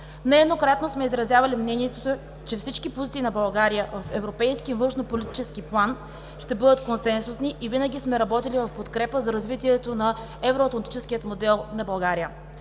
Нееднократно сме изразявали мнението, че всички позиции на България в европейски и външнополитически план ще бъдат консенсусни и винаги сме работили в подкрепа за развитието на евроатлантическия модел на България.